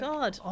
God